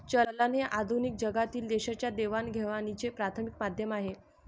चलन हे आधुनिक जगातील देशांच्या देवाणघेवाणीचे प्राथमिक माध्यम आहे